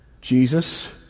Jesus